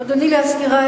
אדוני, להזכירך,